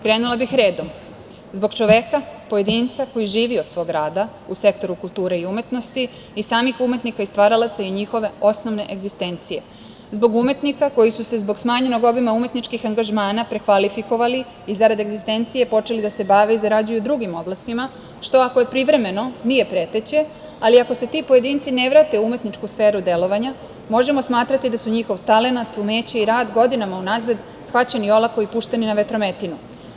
Krenula bih redom: zbog čoveka, pojedinca koji živi od svog rada u sektoru kulture i umetnosti i samih umetnika i stvaralaca i njihove osnovne egzistencije; zbog umetnika koji su se zbog smanjenog obima umetničkih angažmana prekvalifikovali i zarad egzistencije počeli da se bave i zarađuju u drugim oblastima, što ako je privremeno nije preteće, ali ako se ti pojedinci ne vrate u umetničku sferu delovanja možemo smatrati da su njihov talenat, umeće i rad godinama unazad shvaćeni olako i pušteni na vetrometinu.